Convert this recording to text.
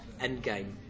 Endgame